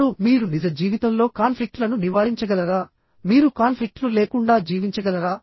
ఇప్పుడు మీరు నిజ జీవితంలో కాన్ఫ్లిక్ట్ లను నివారించగలరా మీరు కాన్ఫ్లిక్ట్ లు లేకుండా జీవించగలరా